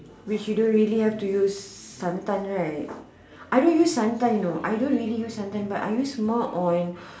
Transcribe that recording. which you don't really have to use sometimes right I don't use sometimes you know I don't really use sometimes but I use more on